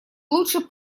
лучше